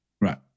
right